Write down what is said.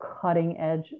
cutting-edge